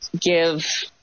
give